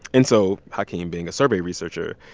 and so, hakeem being a survey researcher,